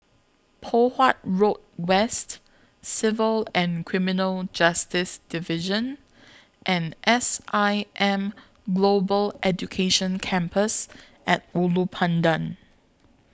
Poh Huat Road West Civil and Criminal Justice Division and S I M Global Education Campus At Ulu Pandan